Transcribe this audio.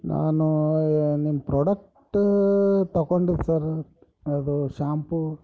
ನಾನು ನಿಮ್ಮ ಪ್ರಾಡಕ್ಟ್ ತಗೊಂಡಿದ್ದು ಸರ್ ಅದು ಶಾಂಪೂ